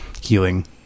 healing